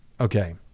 Okay